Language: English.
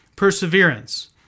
Perseverance